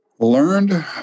learned